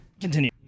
continue